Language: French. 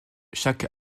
chaque